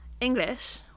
English